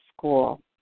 school